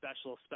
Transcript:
special